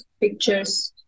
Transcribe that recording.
pictures